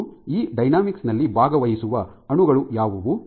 ಮತ್ತು ಈ ಡೈನಾಮಿಕ್ಸ್ ನಲ್ಲಿ ಭಾಗವಹಿಸುವ ಅಣುಗಳು ಯಾವುವು